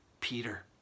Peter